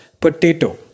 Potato